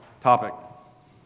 topic